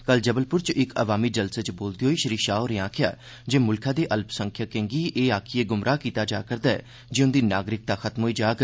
कल जबलपुर च इक्क अवामी जलसे च बोलदे होई श्री शाह होरें आक्खेआ जे मुल्खै दे अल्पसंख्यकें गी एह् आक्खियै गुमराह कीता जा करदा ऐ जे उन्दी नागरिकता खत्म होई जाग